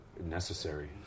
Necessary